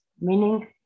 meaning